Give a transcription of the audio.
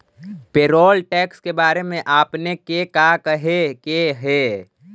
Payroll tax के बारे में आपने के का कहे के हेअ?